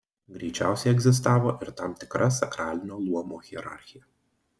greičiausiai egzistavo ir tam tikra sakralinio luomo hierarchija